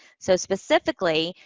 so, specifically,